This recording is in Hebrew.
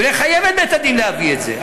ולחייב את בית-הדין להביא את זה.